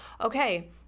okay